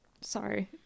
Sorry